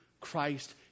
Christ